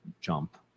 jump